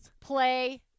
Play